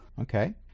Okay